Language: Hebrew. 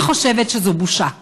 אני חושבת שזו בושה.